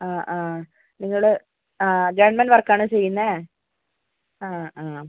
ആ ആ നിങ്ങൾ ആ ഗവൺമെന്റ് വർക്ക് ആണോ ചെയ്യുന്നത് ആ ആ